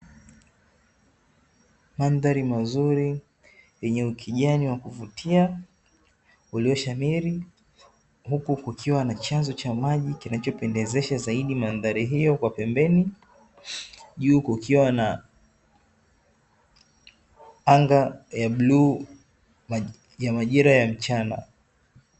Mandhari nzuri yenye ukijani wa kuvutia iliyoshamiri, huku kukiwa na chanzo cha maji kinachopendezesha zaidi mandhari hiyo kwa pembeni, juu kukiwa na anga la bluu ya majira ya mchana.